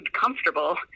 comfortable